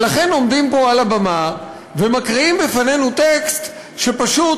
ולכן עומדים פה על הבמה ומקריאים בפנינו טקסט שפשוט,